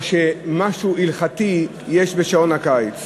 או שיש משהו הלכתי בשעון הקיץ.